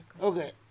Okay